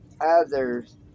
others